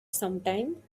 something